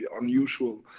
unusual